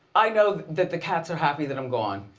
i know that the cats are happy that i'm gone.